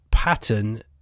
pattern